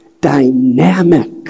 dynamic